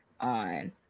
on